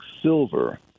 silver